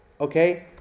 Okay